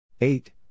Eight